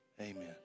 Amen